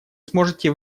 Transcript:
сможете